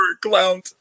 clown